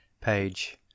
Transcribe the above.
Page